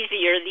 easier